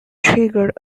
triggered